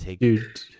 Dude